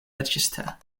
register